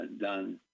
done